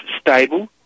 stable